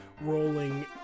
rolling